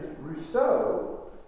Rousseau